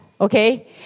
okay